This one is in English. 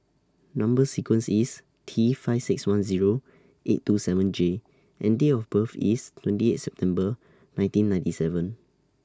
Number sequence IS T five six one Zero eight two seven J and Date of birth IS twenty eighth September nineteen ninety seven